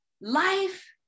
life